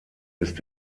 ist